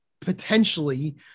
potentially